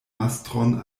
mastron